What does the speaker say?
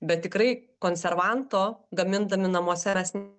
bet tikrai konservanto gamindami namuose rasim